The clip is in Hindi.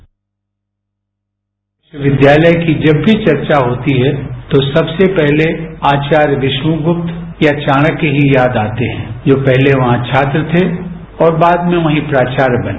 तक्षशिला विश्वविद्यालय की जब भी चर्चा होती है तो सबसे पहले आचार्यगुप्ता या चाणक्य ही याद आते हैं जो पहले वहां छात्र थे और बाद में वहीं प्राचार्य बने